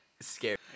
scary